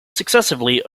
successively